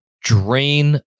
drain